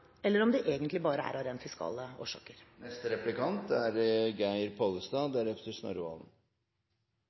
eller om de egentlig bare er av rent fiskale årsaker.